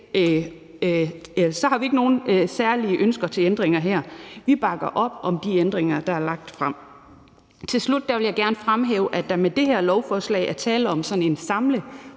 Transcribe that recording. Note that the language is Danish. har vi ikke nogen særlige ønsker til ændringer. Vi bakker op om de ændringer, der er lagt frem. Til slut vil jeg gerne fremhæve, at der med det her lovforslag er tale om sådan en